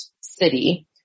city